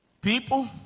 People